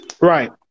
Right